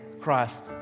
Christ